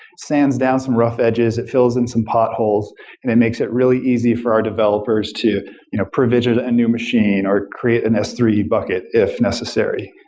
sands down some rough edges. it fills in some potholes and it makes it really easy for our developers to you know provision a new machine or create an s three bucket if necessary.